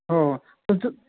हो हो पण तू